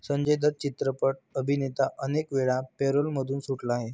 संजय दत्त चित्रपट अभिनेता अनेकवेळा पॅरोलमधून सुटला आहे